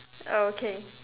okay